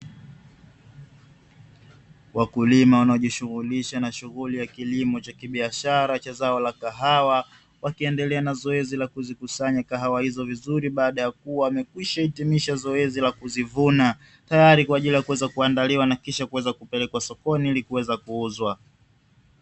Wakulima wanaojishughulisha na shughuli ya kilimo cha kibiashara cha zao la kahawa wakiendelea na zoezi la kuzikusanya kahawa hizo vizuri baada ya kuwa amekwisha hitimisha zoezi la kuzivuna, tayari kwa ajili ya kuweza kuandaliwa na kisha kuweza kupelekwa sokoni ili kuweza kuuzwa.